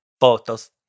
photos